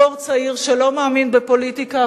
דור צעיר שלא מאמין בפוליטיקה,